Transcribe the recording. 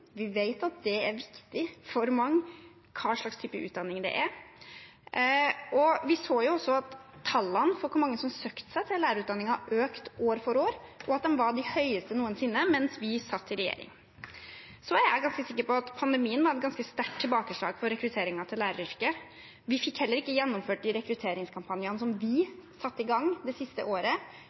Vi vet at det er viktig for mange hva slags type utdanning der er. Vi så også at tallene for hvor mange som søkte seg til lærerutdanningen, økte år for år, og at de var de høyeste noensinne mens vi satt i regjering. Jeg er ganske sikker på at pandemien var et ganske sterkt tilbakeslag for rekrutteringen til læreryrket. Vi fikk heller ikke gjennomført de rekrutteringskampanjene vi satte i gang det siste året.